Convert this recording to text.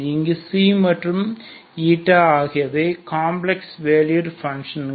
இங்கு மற்றும் ஆகியவை காம்ப்ளக்ஸ் வேல்யுட் பங்க்ஷன்கள்